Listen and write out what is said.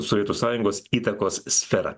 sovietų sąjungos įtakos sferą